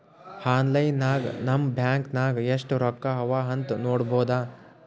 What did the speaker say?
online ನಾಗ್ ನಮ್ bank ನಾಗ್ ಎಸ್ಟ್ ರೊಕ್ಕಾ ಅವಾ ಅಂತ್ ನೋಡ್ಬೋದ